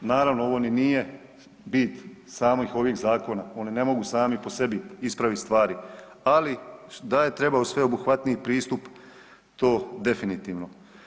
Naravno ovo ni nije bit samih ovih zakona, oni ne mogu sami po sebi ispravit stvari, ali da je trebao sveobuhvatniji pristup to definitivno.